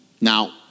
Now